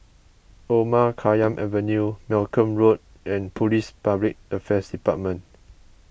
Omar Khayyam Avenue Malcolm Road and Police Public Affairs Department